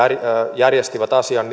järjestivät asian